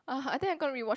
(u) I think I'm gonna rewatch